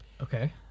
Okay